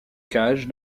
cage